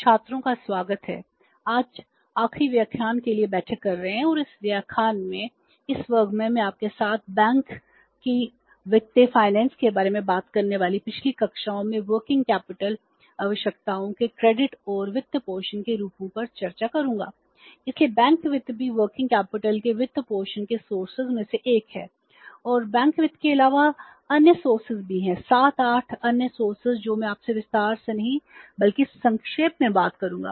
छात्रों का स्वागत है हम आज आखिरी व्याख्यान के लिए बैठक कर रहे हैं और इस व्याख्यान में इस वर्ग में मैं आपके साथ बैंक की वित्त में से एक है और बैंक वित्त के अलावा कई अन्य स्रोत भी हैं 7 8 अन्य स्रोत भी जो मैं आपसे विस्तार से नहीं बल्कि संक्षेप में बात करूंगा